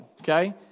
okay